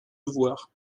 voir